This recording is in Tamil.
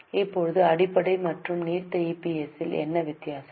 இப்போது அடிப்படை மற்றும் நீர்த்த இபிஎஸ்ஸில் என்ன வித்தியாசம்